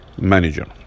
manager